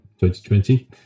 2020